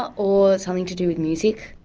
or something to do with music.